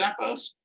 Zappos